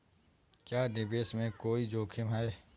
क्या निवेश में कोई जोखिम है?